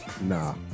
Nah